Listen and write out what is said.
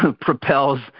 propels